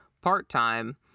part-time